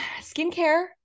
skincare